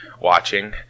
watching